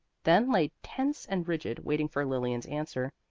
then lay tense and rigid, waiting for lilian's answer.